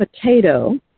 potato